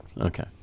Okay